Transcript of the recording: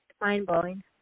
mind-blowing